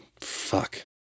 fuck